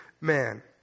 man